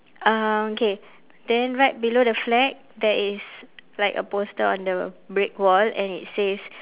um okay then right below the flag there is like a poster on the brick wall and it says